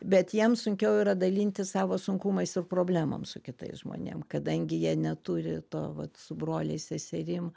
bet jiem sunkiau yra dalintis savo sunkumais ir problemom su kitais žmonėm kadangi jie neturi to vat su broliais seserim